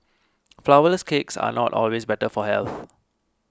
flour less cakes are not always better for health